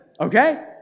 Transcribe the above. okay